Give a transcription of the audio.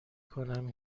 کنم